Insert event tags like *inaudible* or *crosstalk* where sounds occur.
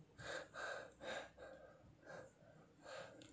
*breath*